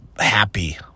happy